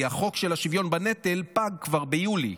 כי החוק של השוויון בנטל פג כבר ביולי,